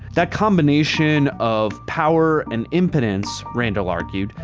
that combination of power and impotence, randall argued,